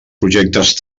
projectes